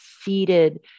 seated